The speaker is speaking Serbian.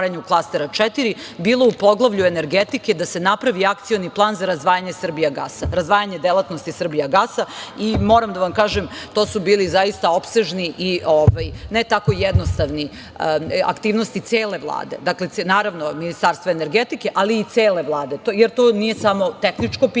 o otvaranju klastera četiri bilo u poglavlju energetike da se napravi akcioni plan za razdvajanje „Srbijagasa“, razdvajanje delatnosti „Srbijagasa“. Moram da vam kažem da su to bili opsežni i ne tako jednostavne aktivnosti cele Vlade. Naravno, Ministarstva energetike, ali i cele Vlade. To nije samo tehničko pitanje,